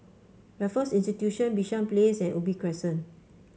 Raffles Institution Bishan Place and Ubi Crescent